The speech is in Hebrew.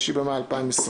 5 במאי 2020,